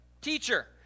Teacher